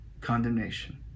condemnation